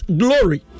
glory